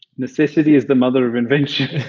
necessity is the mother of invention.